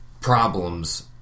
problems